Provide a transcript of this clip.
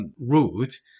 route